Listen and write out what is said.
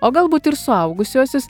o galbūt ir suaugusiuosius